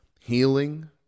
Healing